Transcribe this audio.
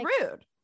rude